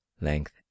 length